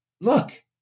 look